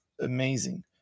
amazing